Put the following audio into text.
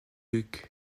duke